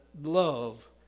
love